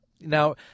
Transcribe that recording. Now